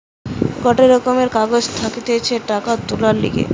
গটে রকমের কাগজ থাকতিছে টাকা তুলার লিগে